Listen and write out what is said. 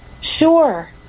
Sure